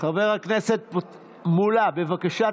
חבר הכנסת מולא, בבקשה.